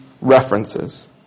references